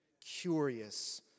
curious